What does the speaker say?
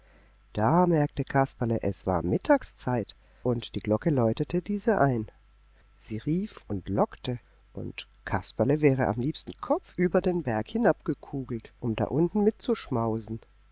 da merkte kasperle es war mittagszeit und die glocke läutete diese ein sie rief und lockte und kasperle wäre am liebsten kopfüber den berg hinabgekugelt um da unten mitzuschmausen